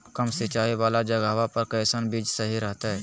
कम सिंचाई वाला जगहवा पर कैसन बीज सही रहते?